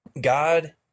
God